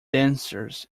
dancers